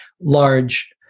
large